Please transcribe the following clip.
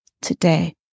today